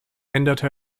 änderte